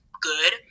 good